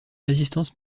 résistance